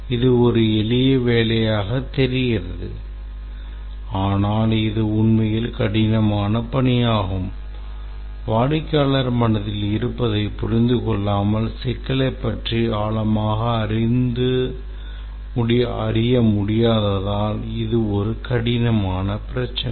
இது ஒரு எளிய வேலையாக தெரிகிறது ஆனால் இது உண்மையில் கடினமான பணியாகும் வாடிக்கையாளர்களின் மனதில் இருப்பதை புரிந்து கொள்ளாமல் சிக்கலைப் பற்றி ஆழமாக அறிய முடியாததால் இது ஒரு கடினமான பிரச்சினை